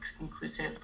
inclusive